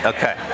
Okay